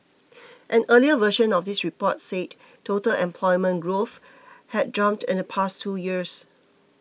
an earlier version of this report said total employment growth had jumped in the past two years